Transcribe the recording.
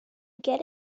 get